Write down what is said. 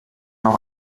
auch